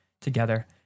together